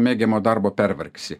mėgiamo darbo pervargsi